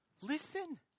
Listen